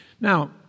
Now